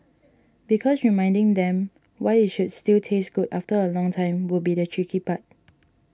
because reminding them why it should still taste good after a long time would be the tricky part